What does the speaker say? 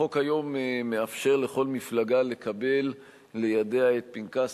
החוק היום מאפשר לכל מפלגה לקבל לידיה את פנקס